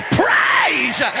praise